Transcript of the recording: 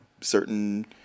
certain